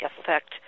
affect